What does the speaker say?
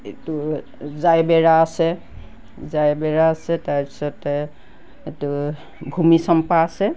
এইটো জাইবেৰা আছে জাইবেৰা আছে তাৰ পাছতে এইটো ভূমিচম্পা আছে